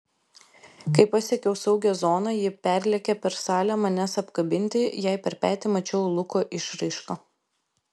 kai pasiekiau saugią zoną ji perlėkė per salę manęs apkabinti jai per petį mačiau luko išraišką